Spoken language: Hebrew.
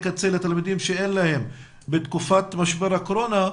קצה לתלמידים שאין להם בתקופת משבר הקורונה,